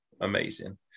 amazing